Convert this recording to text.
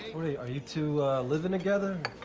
wait, are you two living together?